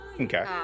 Okay